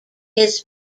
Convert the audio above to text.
his